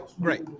great